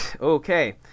okay